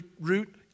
root